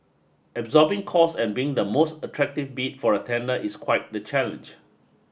absorbing costs and being the most attractive bid for a tender is quite the challenge